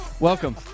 Welcome